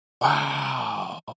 wow